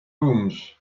rooms